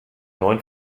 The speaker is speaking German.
neuen